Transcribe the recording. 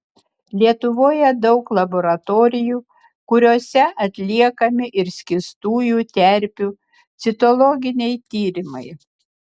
lietuvoje daug laboratorijų kuriose atliekami ir skystųjų terpių citologiniai tyrimai